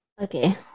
Okay